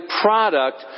product